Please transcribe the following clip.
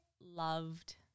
loved